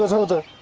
older.